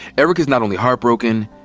eric is not only heartbroken,